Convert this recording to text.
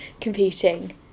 competing